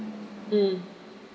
mm